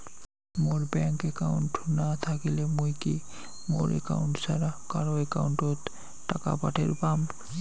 মোর bank account না থাকিলে মুই কি মোর একাউন্ট ছাড়া কারো একাউন্ট অত টাকা পাঠের পাম?